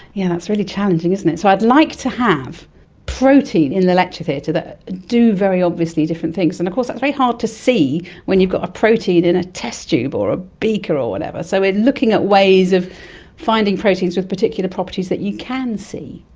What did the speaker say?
yeah that's really challenging, isn't it. so i'd like to have protein in the lecture theatre that do very obviously different things, and of course that's very hard to see when you got a protein in a test-tube or a beaker or whatever. so we are looking at ways of finding proteins with particular properties that you can see.